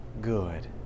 good